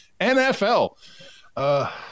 NFL